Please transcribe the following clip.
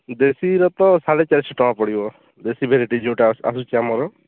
ଦେଶୀର ତ ସାଢ଼େ ଚାରି ଶହ ଟଙ୍କା ପଡ଼ିବ ଦେଶୀ ଭେରାଇଟି ଯେଉଁଟା ଆସୁଛି ଆମର